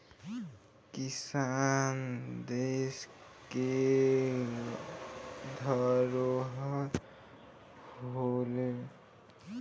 किसान देस के धरोहर होलें